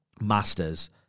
masters